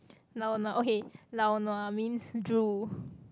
lao nua okay lao nua means drool